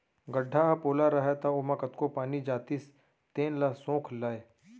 गड्ढ़ा ह पोला रहय त ओमा कतको पानी जातिस तेन ल सोख लय